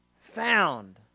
found